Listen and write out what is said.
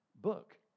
book